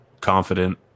confident